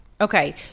Okay